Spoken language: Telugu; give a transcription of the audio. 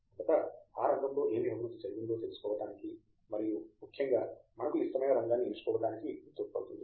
మొదట ఆ రంగములో ఏమి అభివృద్ధి జరిగిందో తెలుసుకోవటానికి మరియు ముఖ్యంగా మనకు ఇష్టమైన రంగాన్ని ఎంచుకోవటానికి ఇది తోడ్పడుతోంది